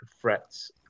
threats